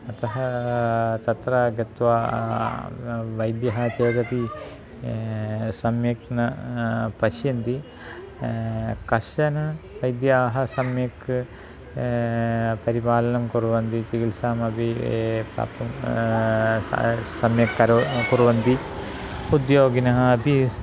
अतः तत्र गत्वा वैद्यः चेदपि सम्यक् न पश्यन्ति कश्चन वैद्यः सम्यक् परिपालनं कुर्वन्ति चिकित्सामपि प्राप्तुं सा सम्यक् करोति कुर्वन्ति उद्योगिनः अपि